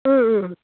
ও ও